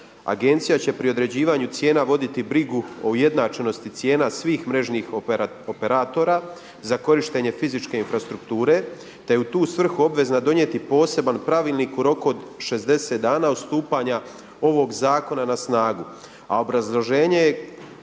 Agencija će pri određivanju cijena voditi brigu o ujednačenosti cijena svih mrežnih operatora za korištenje fizičke infrastrukture, te je u tu svrhu obvezna donijeti poseban pravilnik u roku od 60 dana od stupanja ovog zakona na snagu. A obrazloženje je